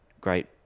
great